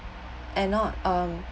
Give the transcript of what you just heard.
and not um